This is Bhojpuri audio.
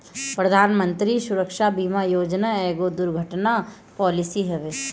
प्रधानमंत्री सुरक्षा बीमा योजना एगो दुर्घटना पॉलिसी हवे